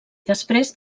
després